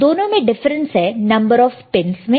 दोनों में डिफरेंस है नंबर ऑफ पीनस में